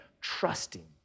trusting